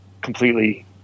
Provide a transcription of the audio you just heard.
completely